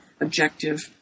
objective